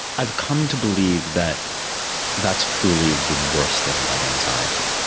i've come to believe that that's truly the worst thing about anxiety,